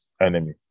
enemy